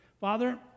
Father